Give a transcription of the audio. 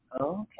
Okay